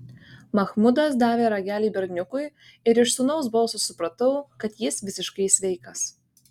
machmudas davė ragelį berniukui ir iš sūnaus balso supratau kad jis visiškai sveikas